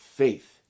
faith